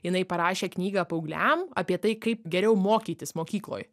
jinai parašė knygą paaugliam apie tai kaip geriau mokytis mokykloj